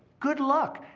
good luck.